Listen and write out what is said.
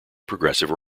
progressive